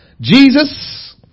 Jesus